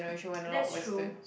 that's true